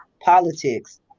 politics